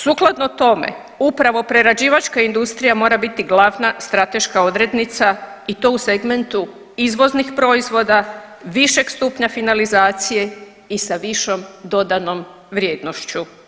Sukladno tome upravo prerađivačka industrija mora biti glavna strateška odrednica i to u segmentu izvoznih proizvoda, višeg stupnja finalizacije i sa višom dodanom vrijednošću.